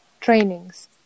trainings